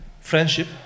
friendship